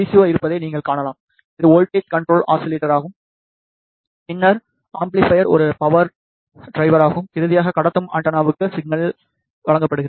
ஓ இருப்பதை நீங்கள் காணலாம் இது வோல்ட்டேஜ் கண்ட்ரோல் ஆஸிலேட்டராகும் பின்னர் ஒரு அம்பிளிபைர் ஒரு பவர் டிவைடராகும் இறுதியாக கடத்தும் ஆண்டெனாவுக்கு சிக்னலை வழங்கப்படுகிறது